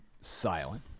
silent